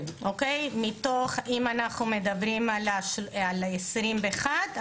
אם אנחנו מדברים על 2021,